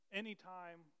anytime